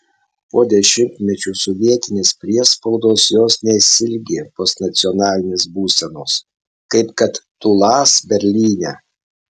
po dešimtmečių sovietinės priespaudos jos nesiilgi postnacionalinės būsenos kaip kad tūlas berlyne